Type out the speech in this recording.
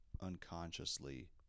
unconsciously